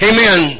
Amen